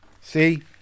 See